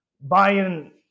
buying